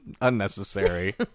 unnecessary